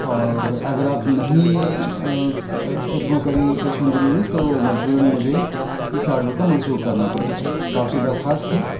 اور اگر آپ نہیں اپروو کریں گے کیش آن ڈیلیوری تو مجبوراً مجھے اس آرڈر کو منسوخ کرنا پڑے گا تو آپ سے درخواست ہے